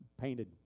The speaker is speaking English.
painted